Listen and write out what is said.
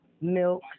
milk